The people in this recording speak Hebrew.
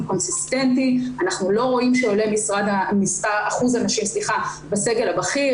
קונסיסטנטי אני לא רואים שעולה אחוז הנשים בסגל הבכיר,